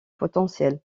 potentiel